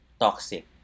Toxic